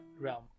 realm